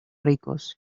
ricos